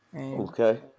Okay